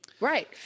Right